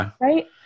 Right